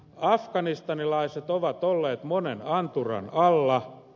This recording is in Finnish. afganistanilaiset ovat olleet monen anturan alla